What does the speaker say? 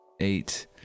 Eight